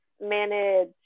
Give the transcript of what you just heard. manage